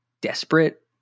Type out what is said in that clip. desperate